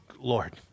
Lord